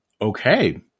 Okay